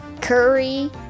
curry